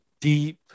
deep